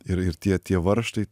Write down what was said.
ir ir tie tie varžtai